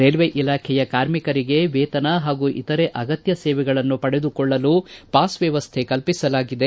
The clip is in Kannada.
ರೈಲ್ವೆ ಇಲಾಖೆಯ ಕಾರ್ಮಿಕರಿಗೆ ವೇತನ ಹಾಗೂ ಇತರೆ ಅಗತ್ಯ ಸೇವೆಗಳನ್ನು ಪಡೆದುಕೊಳ್ಳಲು ಪಾಸ್ ವ್ಯವಸ್ಥೆ ಕಲ್ಪಿಸಲಾಗಿದೆ